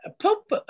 Pope